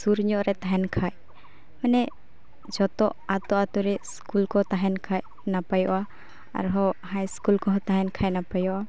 ᱥᱩᱨᱧᱚᱜ ᱨᱮ ᱛᱟᱦᱮᱱ ᱠᱷᱟ ᱢᱟᱱᱮ ᱡᱷᱚᱛᱚ ᱟᱛᱳ ᱟᱛᱳᱨᱮ ᱥᱠᱩᱞ ᱠᱚ ᱛᱟᱦᱮᱱ ᱠᱷᱟᱱ ᱱᱟᱯᱟᱭᱚᱜᱼᱟ ᱟᱨᱦᱚᱸ ᱦᱟᱭ ᱥᱠᱩᱞ ᱠᱚ ᱛᱟᱦᱮᱱ ᱠᱷᱟᱱ ᱱᱟᱯᱟᱭᱚᱜᱼᱟ